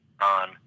on